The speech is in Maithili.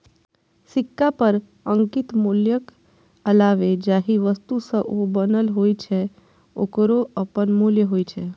सिक्का पर अंकित मूल्यक अलावे जाहि धातु सं ओ बनल होइ छै, ओकरो अपन मूल्य होइ छै